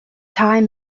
time